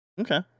okay